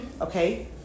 okay